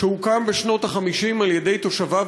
שהוקם בשנות ה-50 על-ידי תושביו,